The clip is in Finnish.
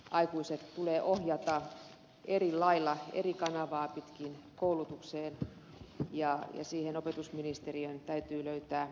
aikuiset tulee ohjata eri lailla eri kanavaa pitkin koulutukseen ja siihen opetusministeriön täytyy löytää ratkaisu